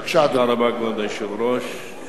לקצבת זיקנה), של חבר הכנסת סעיד נפאע.